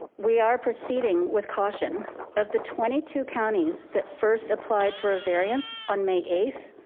we are proceeding with caution of the twenty two counties that first applied for a variance on may eighth